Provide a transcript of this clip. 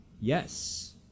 Yes